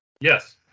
Yes